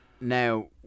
Now